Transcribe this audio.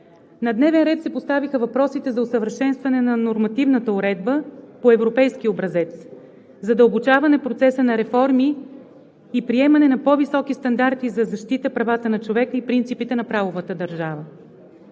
на дневен ред се поставиха въпросите за усъвършенстването на нормативната уредба по европейски образец, задълбочаването на процеса на реформи и приемането на по-високи стандарти за защита правата на човека и принципите на правовата държава.